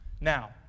Now